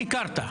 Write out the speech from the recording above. שיקרת.